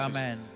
Amen